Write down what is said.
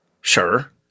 sure